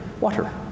water